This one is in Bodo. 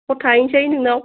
हर थाहैनोसै नोंनाव